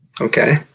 Okay